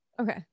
Okay